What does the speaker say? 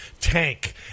tank